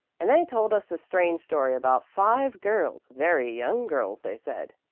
and they told us a strange story about five girls very young girls, they said,